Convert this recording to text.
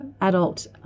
adult